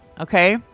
Okay